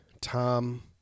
Tom